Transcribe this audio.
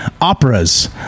operas